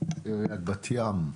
עיריית קריית ים.